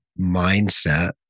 mindset